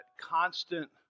constant